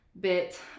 bit